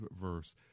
verse